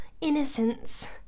innocence